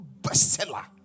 bestseller